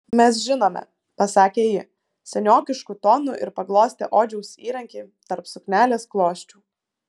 mes žinome pasakė ji seniokišku tonu ir paglostė odžiaus įrankį tarp suknelės klosčių